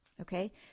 okay